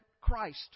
Christ